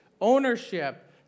Ownership